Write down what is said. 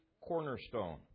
cornerstone